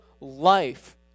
life